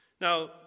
Now